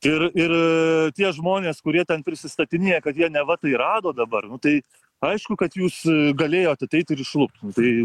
ir ir tie žmonės kurie ten prisistatinėja kad jie neva tai rado dabar nu tai aišku kad jūs galėjot ateit ir išlupt nu tai